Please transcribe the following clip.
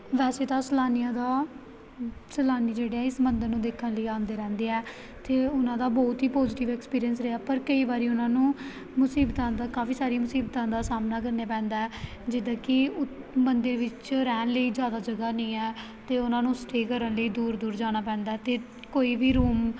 ਵੈਸੇ ਤਾਂ ਸੈਲਾਨੀਆਂ ਦਾ ਸੈਲਾਨੀ ਜਿਹੜੇ ਆ ਇਸ ਮੰਦਰ ਨੂੰ ਦੇਖਣ ਲਈ ਆਉਂਦੇ ਰਹਿੰਦੇ ਆ ਅਤੇ ਉਹਨਾਂ ਦਾ ਬਹੁਤ ਈ ਪੋਜ਼ੀਟਿਵ ਐਕਸਪੀਰੀਐਂਸ ਰਿਹਾ ਪਰ ਕਈ ਵਾਰੀ ਉਹਨਾਂ ਨੂੰ ਮੁਸੀਬਤਾਂ ਦਾ ਕਾਫੀ ਸਾਰੀਆਂ ਮੁਸੀਬਤਾਂ ਦਾ ਸਾਹਮਣਾ ਕਰਨਾ ਪੈਂਦਾ ਜਿੱਦਾਂ ਕਿ ਉ ਮੰਦਰ ਵਿੱਚ ਰਹਿਣ ਲਈ ਜ਼ਿਆਦਾ ਜਗ੍ਹਾ ਨਹੀਂ ਹੈ ਅਤੇ ਉਹਨਾਂ ਨੂੰ ਸਟੇਅ ਕਰਨ ਲਈ ਦੂਰ ਦੂਰ ਜਾਣਾ ਪੈਂਦਾ ਅਤੇ ਕੋਈ ਵੀ ਰੂਮ